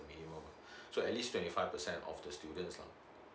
minimum so at least twenty five percent of the students lah